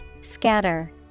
Scatter